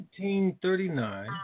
1939